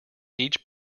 each